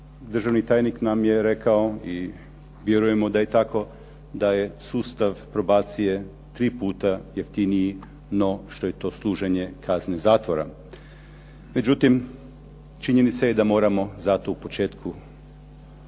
državni tajnik nam je rekao i vjerujemo da je tako da je sustav probacije tri puta jeftiniji no što je to služenje kazne zatvora. Međutim, činjenica je da moramo zato u početku se